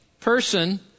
person